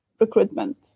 recruitment